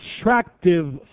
attractive